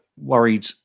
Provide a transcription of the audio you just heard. worried